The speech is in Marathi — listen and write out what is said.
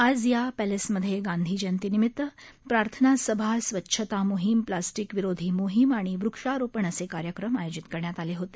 आज या पर्लेसमधे गांधी जयतीनिभित्त प्रार्थाना सभा स्वच्छता मोहिम प्लस्टीकविरोधी मोहिम आणि वृक्षारोपण असे कार्यक्रम आयोजित करण्यात आले होते